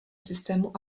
systému